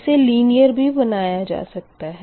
इसे लिनीयर भी बनाया जा सकता है